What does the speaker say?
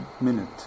minute